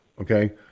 okay